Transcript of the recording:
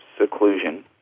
seclusion